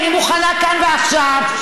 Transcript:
אני מוכנה כאן ועכשיו,